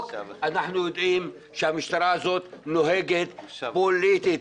אנחנו יודעים שהמשטרה הזאת נוהגת פוליטית,